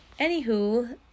anywho